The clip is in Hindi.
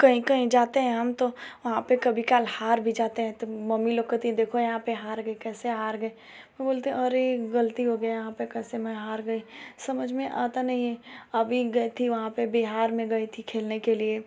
कहीं कहीं जाते हैं हम तो वहाँ पर कभी काल हार भी जाते हैं तो मम्मी लोग कहती हैं देखो यहाँ पर हार गई कैसे हार गए मैं बोलती हूँ अरे गलती हो गया यहाँ पर कैसे मैं हार गई समझ में आता नहीं है अबी गई थी वहाँ पर बिहार में गई थी खेलने के लिए